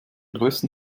größten